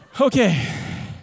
Okay